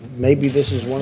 maybe this is one